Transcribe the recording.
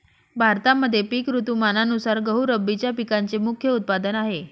भारतामध्ये पिक ऋतुमानानुसार गहू रब्बीच्या पिकांचे मुख्य उत्पादन आहे